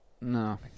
No